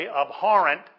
abhorrent